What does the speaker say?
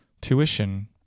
tuition